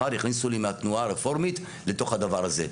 מחר יכניסו לי מהתנועה הרפורמית לתוך הדבר הזה,